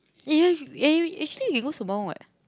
yeah eh actually you go Sembawang what